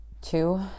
Two